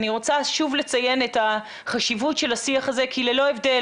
אני רוצה שוב לציין את החשיבות של השיח הזה כי ללא הבדל,